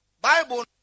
Bible